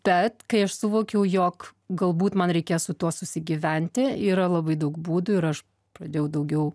tad kai aš suvokiau jog galbūt man reikia su tuo susigyventi yra labai daug būdų ir aš pradėjau daugiau